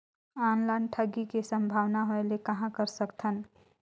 Online ठगी के संभावना होय ले कहां कर सकथन?